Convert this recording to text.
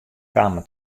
kamen